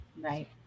Right